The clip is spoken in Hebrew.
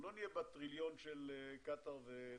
לא נהיה בטריליון של קטאר ונורבגיה.